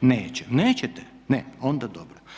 neće. Nećete? Onda dobro.